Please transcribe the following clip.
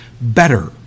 better